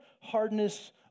hardness